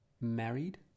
married